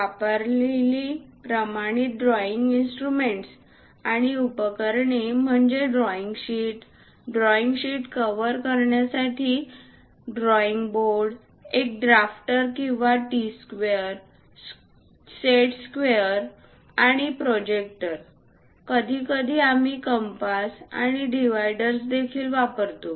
वापरलेली प्रमाणित drawing instruments आणि उपकरणे म्हणजे drawing sheet drawing sheet cover करण्यासाठी ड्रॉईंग बोर्ड एक ड्राफ्टर किंवा टी स्क्वेअर सेट स्क्वेअर आणि प्रोटेक्टर कधीकधी आम्ही कंपास आणि डिव्हायडर्स देखील वापरतो